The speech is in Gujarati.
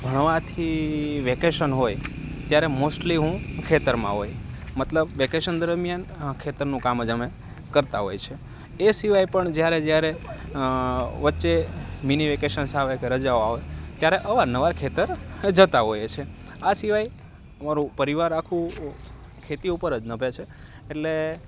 ભણવાથી વેકેશન હોય ત્યારે મોસ્ટલી હું ખેતરમાં હોય મતલબ વેકેશન દરમ્યાન ખેતરનું કામ જ અમે કરતાં હોય છે એ સિવાય પણ જ્યારે જ્યારે વચ્ચે મીની વેકેશન્સ આવે કે રજાઓ આવે ત્યારે અવાર નવાર ખેતર જતાં હોઈએ છે આ સિવાય અમારું પરિવાર આખું ખેતી ઉપર જ નભે છે એટલે